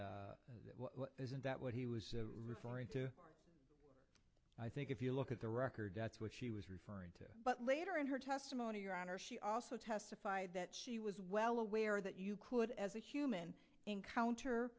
and isn't that what he was referring to i think if you look at the record that's what she was referring to but later in her testimony your honor she also testified that she was well aware that you could as a human encounter